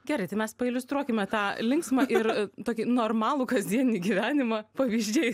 gerai tai mes pailiustruokime tą linksmą ir tokį normalų kasdieninį gyvenimą pavyzdžiai